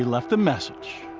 left a message.